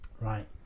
right